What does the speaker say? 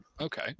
Okay